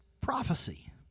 prophecy